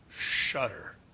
shudder